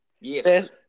yes